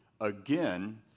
again